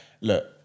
look